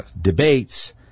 debates